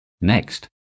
Next